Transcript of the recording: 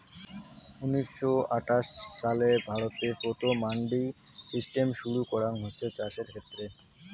উনিশশো আটাশ ছালে ভারতে প্রথম মান্ডি সিস্টেম শুরু করাঙ হসে চাষের ক্ষেত্রে